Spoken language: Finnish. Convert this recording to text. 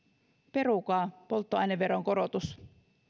perukaa polttoaineveron korotus